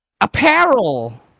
apparel